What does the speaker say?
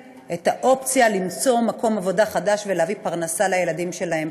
אופציה למצוא מקום עבודה חדש ולהביא פרנסה לילדים שלהם.